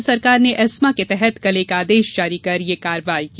राज्य सरकार ने एस्मा के तहत कल एक आदेश जारी कर ये कार्रवाई की